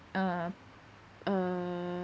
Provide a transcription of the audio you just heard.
uh uh